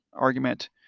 argument